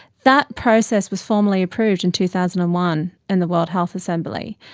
that process was formally approved in two thousand and one in the world health assembly.